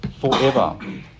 forever